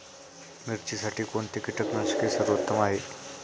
मिरचीसाठी कोणते कीटकनाशके सर्वोत्तम आहे?